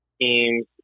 teams